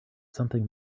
something